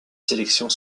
sélections